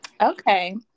Okay